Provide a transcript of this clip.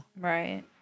right